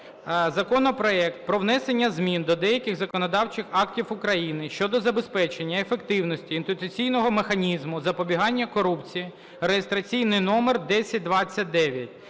законопроект про внесення змін до деяких законодавчих актів України щодо забезпечення ефективності інституційного механізму запобігання корупції (реєстраційний номер 1029).